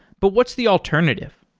but what's the alternative?